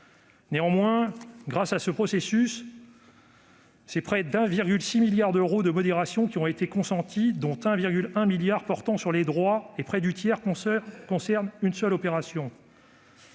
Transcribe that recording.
Néanmoins, grâce à ce processus, ce sont près de 1,6 milliard d'euros de modérations qui ont été consenties, dont 1,1 milliard d'euros portant sur les droits ; près du tiers concerne une seule opération.